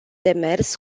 demers